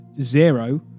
zero